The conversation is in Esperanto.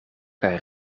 kaj